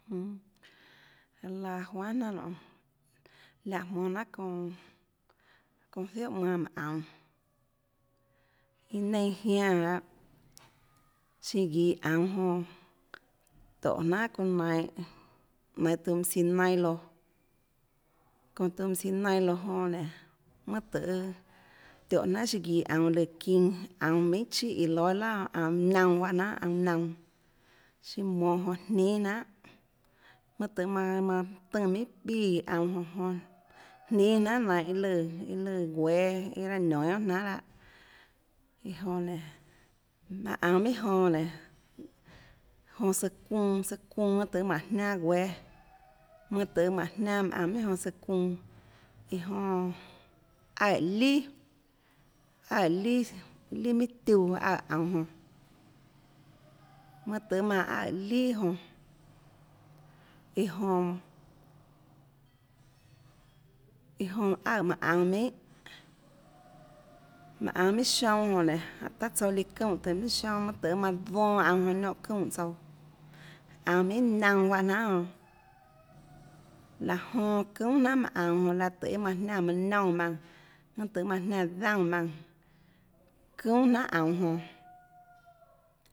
Laå laã juanhà jnanà nonê láhã jmónâ jnanà çounâ çounã zióhà manã manã aunå iå nenâ jiánã lahâ siã guihå aunå jonã tóhå jnanhà çounã nainhå nainhå tuhå mønã siã nailo çounã tuhå mønã siã nailo jonã nénå tøhê tióhå jnanà siã guihå aunå lùã çinã minhà chíà iã lóâ iã laà jonã aunå naunã juáhã jnanhà aunå naunã siã monhå jonã nínâ jnanhà mønâ tøhê manã manã tùnã minhà píã aunå jonã jonã nínâ jnanhà nainhå iâ lùã iâ lùã guéâ iâ raâ nionå guiohà jnahà lanhâ iã jonã nénå maùnã aunå minhà jonã nénå jonã søã çuunã søã çuunã mánhå jnianâ guéâ mønà tøhê mánhå jnianâ aunå minhà jonã søã çuunã iã jonã aøè lià aøè lià lià tiuã aøè aunå jonã mønâ tøhê manã aøè lià jonã iã jonã iã jonã aøè maùnã aunå minhà maùnã aunå minhà sionâ jonã nénå jánhå taã tsouã líã çuunè tùhå minhà sionâ mønâ øhê manã donã aunå jonã líã çuunè tsouã aunå minhà naunã juáhã jnanhà jonã laã jonã çúnà jnanhà maùnã aunå jonã laå tøhê iâ manã jniánã mønâ niónã maùnã mønâ tøhê manã jnián daúnã maùnã çúnà jnanhà aunå jonã